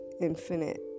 infinite